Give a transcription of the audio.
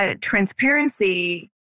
Transparency